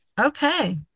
okay